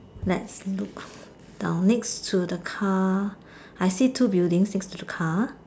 let's look the next to the car I see two buildings next to the car